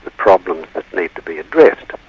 the problems that need to be addressed.